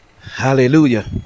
Hallelujah